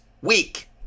week